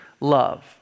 love